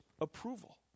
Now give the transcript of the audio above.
approval